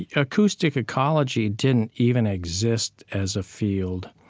acoustic ecology didn't even exist as a field.